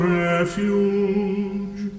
refuge